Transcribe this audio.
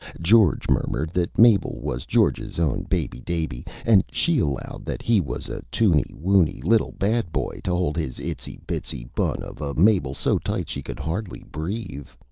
george murmured that mabel was george's own baby-daby and she allowed that he was a tooney-wooney little bad boy to hold his itsy-bitsy bun of a mabel so tight she could hardly breave.